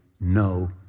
no